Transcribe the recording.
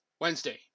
Wednesday